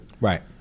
right